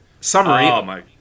Summary